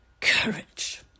courage